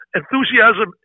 enthusiasm